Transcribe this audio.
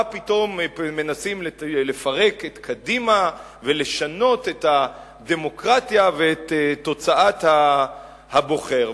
פתאום מנסים לפרק את קדימה ולשנות את הדמוקרטיה ואת תוצאת הבוחר.